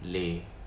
lay